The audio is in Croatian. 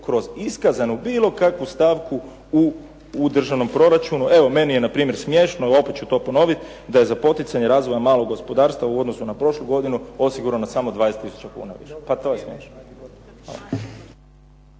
kroz iskazanu bilo kakvu stavku u državnom proračunu. Evo meni je npr. smiješno, ali opet ću to ponoviti, da je za poticaje razvoja malog gospodarstva u odnosu na prošlu godinu osigurano samo 20 tisuća kuna. Pa to je smiješno.